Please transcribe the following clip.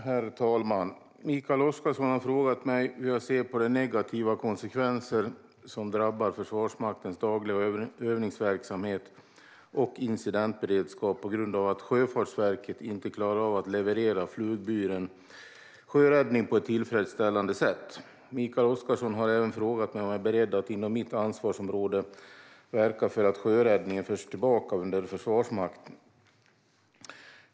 Herr talman! Mikael Oscarsson har frågat mig hur jag ser på de negativa konsekvenser som drabbar Försvarsmaktens dagliga övningsverksamhet och incidentberedskap på grund av att Sjöfartsverket inte klarar av att leverera flygburen sjöräddning på ett tillfredsställande sätt. Mikael Oscarsson har även frågat mig om jag är beredd att inom mitt ansvarsområde verka för att sjöräddningen förs tillbaka under Försvarsmakten.